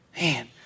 Man